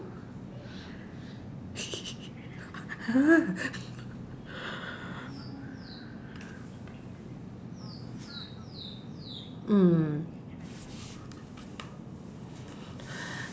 !huh! mm